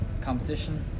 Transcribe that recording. competition